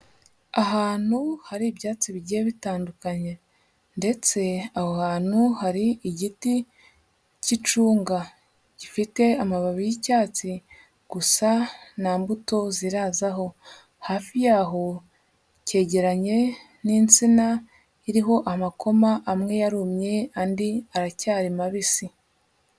Ahantu hari ibyatsi bigiye bitandukanye, ndetse aho hantu hari igiti cy'icunga gifite amababi y'icyatsi, gusa nta mbuto zirazaho, hafi yaho cyegeranye n'insina iriho amakoma amwe yarumye, andi aracyari mabisi.